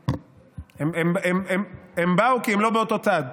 הם באו כי הם לא באותו צד.